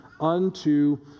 unto